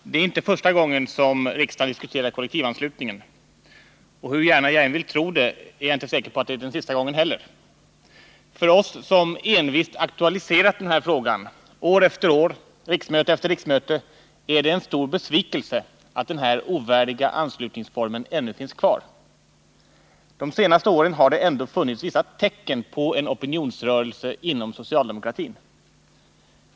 Herr talman! Det är inte första gången som riksdagen diskuterar kollektivanslutningen, och hur gärna jag än vill tro det är jag inte säker på att det är sista gången heller. För oss som envist aktualiserat den här frågan år efter år, 17 riksmöte efter riksmöte är det en stor besvikelse att denna ovärdiga anslutningsform ännu finns kvar. De senaste åren har det ändå funnits vissa tecken på en opinionsrörelse inom socialdemokratin.